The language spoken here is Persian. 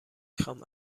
خوام